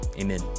Amen